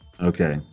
Okay